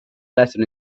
lesson